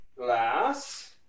glass